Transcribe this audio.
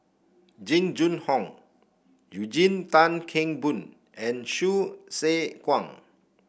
Jing Jun Hong Eugene Tan Kheng Boon and Hsu Tse Kwang